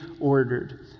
ordered